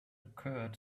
occured